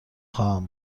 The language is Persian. خواهم